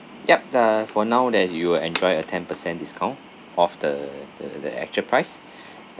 ya the for now then you will enjoy a ten per cent discount off the the the actual price